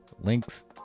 Links